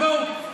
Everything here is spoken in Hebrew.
אז בואו,